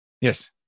Yes